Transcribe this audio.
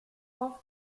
off